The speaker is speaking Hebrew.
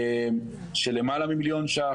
של למעלה ממיליון ₪,